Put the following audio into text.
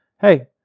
hey